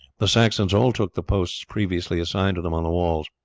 the saxons all took the posts previously assigned to them on the walls.